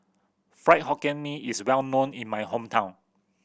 Fried Hokkien Mee is well known in my hometown